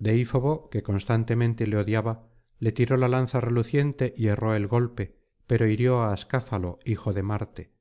deífobo que constantemente le odiaba le tiró la lanza reluciente y erró el golpe pero hirió á ascáfalo hijo de marte